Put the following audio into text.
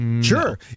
Sure